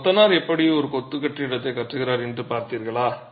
ஒரு கொத்தனார் எப்படி ஒரு கொத்து கட்டிடத்தை கட்டுகிறார் என்று பார்த்தீர்களா